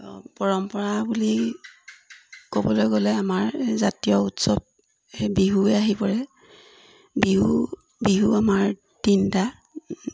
পৰম্পৰা বুলি ক'বলৈ গ'লে আমাৰ জাতীয় উৎসৱ সে বিহুৱে আহি পৰে বিহু বিহু আমাৰ তিনিটা